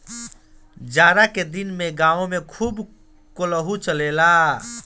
जाड़ा के दिन में गांवे खूब कोल्हू चलेला